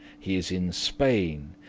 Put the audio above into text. he is in spain,